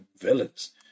villains